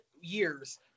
years